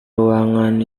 ruangan